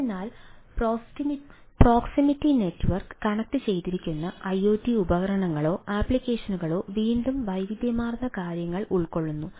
അതിനാൽ proximity network കണക്റ്റുചെയ്തിരിക്കുന്ന IoT ഉപകരണങ്ങളോ അപ്ലിക്കേഷനുകളോ വീണ്ടും വൈവിധ്യമാർന്ന കാര്യങ്ങൾ ഉൾക്കൊള്ളുന്നു